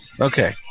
Okay